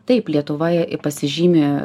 taip lietuva pasižymi